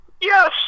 yes